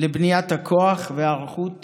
לבניית הכוח והיערכות